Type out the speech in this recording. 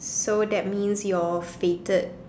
so that means your fated